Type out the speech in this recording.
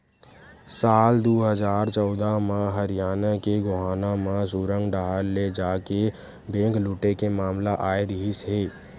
साल दू हजार चौदह म हरियाना के गोहाना म सुरंग डाहर ले जाके बेंक लूटे के मामला आए रिहिस हे